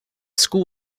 school